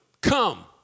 come